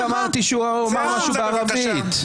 רק אמרתי שהוא אמר משהו בערבית.